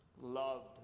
loved